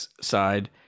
side